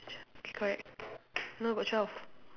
K correct now got twelve